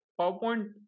PowerPoint